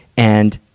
and,